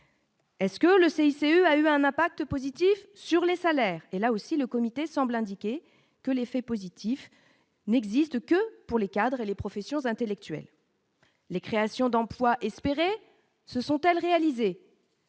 Est-ce que le CICE a eu un impact positif sur les salaires et, là aussi, le comité semble indiquer que l'effet positif n'existe que pour les cadres et les professions intellectuelles. Les créations d'emplois espérés se sont-elles réalisées